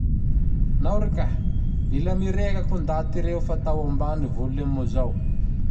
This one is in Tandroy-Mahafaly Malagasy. Nao rikahe, mila ndaty reo fa atao ambany vôlimo zao!